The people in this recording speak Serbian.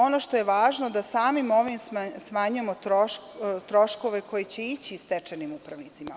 Ono što je važno, da samim ovim smanjujemo troškove koji će ići stečajnim upravnicima.